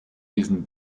diesen